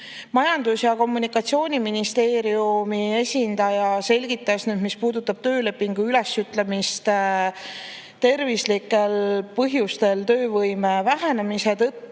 Majandus‑ ja Kommunikatsiooniministeeriumi esindaja selgitas töölepingu ülesütlemist tervislikel põhjustel töövõime vähenemise tõttu.